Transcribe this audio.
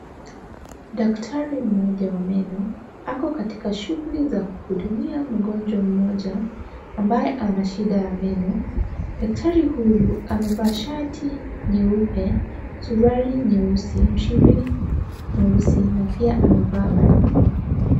Daktari mmoja wa meno ako katika shughuli za kuhudumia mgonjwa mmoja ambaye ana shida ya meno. Daktari huyu amevaa shati nyeupe, suruali nyeusi, mshipi mweusi na pia amevaa barakoa.